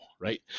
right